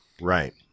right